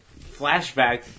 flashback